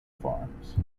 farms